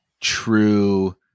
true